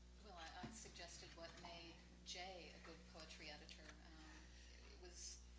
i suggested what made jay a good poetry editor. it was